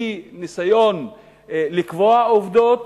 היא ניסיון לקבוע עובדות,